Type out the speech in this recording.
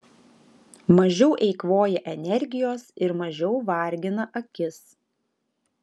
mažiau eikvoja energijos ir mažiau vargina akis